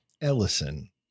Ellison